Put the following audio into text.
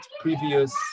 previous